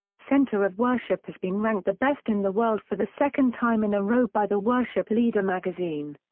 center of worship has been ranked the best in the world for the second time in a row by the worship leader magazine.